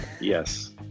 Yes